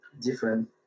different